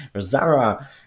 Zara